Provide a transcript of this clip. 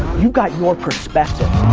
you got your perspective.